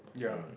ya